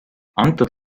antud